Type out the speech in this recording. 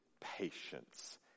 patience